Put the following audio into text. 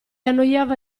annoiava